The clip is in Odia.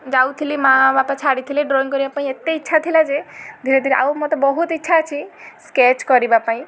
ଯାଉଥିଲି ମାଁ ବାପା ଛାଡ଼ିଥିଲେ ଡ୍ରଇଂ କରିବା ପାଇଁ ଏତେ ଇଚ୍ଛା ଥିଲା ଯେ ଧୀରେ ଧୀରେ ଆଉ ମତେ ବହୁତ ଇଚ୍ଛା ଅଛି ସ୍କେଚ କରିବା ପାଇଁ